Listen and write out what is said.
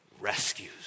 rescues